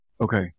Okay